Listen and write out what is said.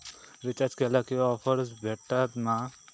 Recharge केला की offers भेटात मा?